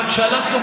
רק שאנחנו,